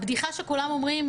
הבדיחה שכולם אומרים,